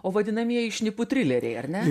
o vadinamieji šnipų trileriai ar ne